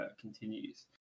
continues